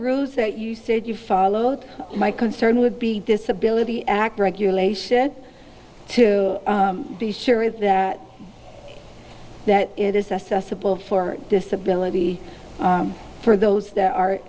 rules that you said you followed my concern would be disability act regulation to be sure that that it is assessable for disability for those that are